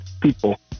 people